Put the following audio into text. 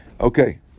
Okay